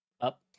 up